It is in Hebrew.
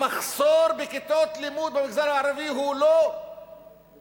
המחסור בכיתות לימוד במגזר הערבי הוא לא 20%,